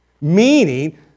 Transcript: meaning